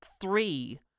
three